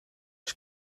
ich